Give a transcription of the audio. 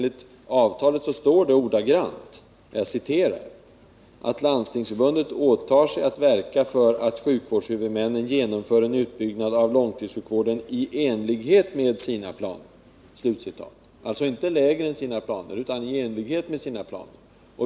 I avtalet står det ordagrant att ”Landstingsförbundet åtar sig att verka för att sjukvårdshuvudmännen genomför en utbyggnad av långtidssjukvården i enlighet med sina planer”. Det står alltså inte ”lägre än sina planer” utan ”i enlighet med sina planer”.